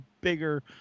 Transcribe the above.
bigger